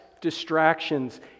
distractions